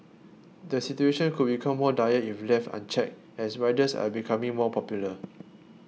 the situation could become more dire if left unchecked as riders are becoming more popular